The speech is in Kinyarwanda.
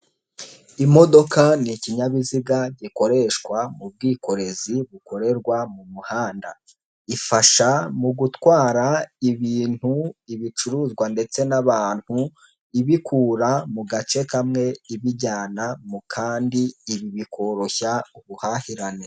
Imodoka ni ikinyabiziga gikoreshwa mu bwikorezi bukorerwa mu muhanda, ifasha mu gutwara ibintu, ibicuruzwa ndetse n'abantu ibikura mu gace kamwe ibijyana mu kandi, ibi bikoroshya ubuhahirane.